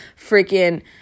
freaking